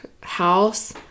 house